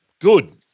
Good